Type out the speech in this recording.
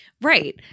Right